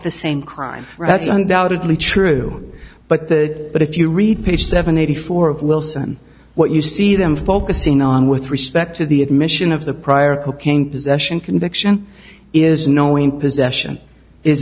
the same crime that's undoubtedly true but the but if you read page seven eighty four of wilson what you see them focusing on with respect to the admission of the prior cocaine possession conviction is knowing possession is